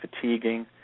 fatiguing